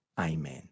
Amen